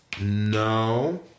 no